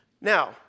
Now